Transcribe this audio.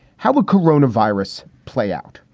how would corona virus play out?